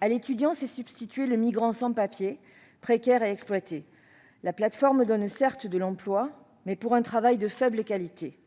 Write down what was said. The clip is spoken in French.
À l'étudiant s'est substitué le migrant sans papier, précaire et exploité. La plateforme donne certes de l'emploi, mais pour un travail de faible qualité.